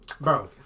Bro